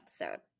episode